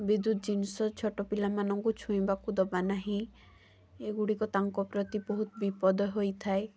ବିଦ୍ୟୁତ୍ ଜିନିଷ ଛୋଟ ପିଲାମାନଙ୍କୁ ଛୁଇଁବାକୁ ଦେବାନାହିଁ ଏଗୁଡ଼ିକ ତାଙ୍କ ପ୍ରତି ବହୁତ ବିପଦ ହୋଇଥାଏ